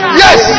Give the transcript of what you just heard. yes